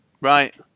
right